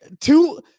two